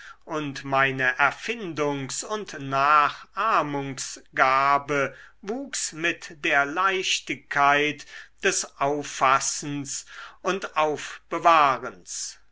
und meine erfindungs und nachahmungsgabe wuchs mit der leichtigkeit des auffassens und aufbewahrens